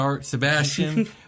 Sebastian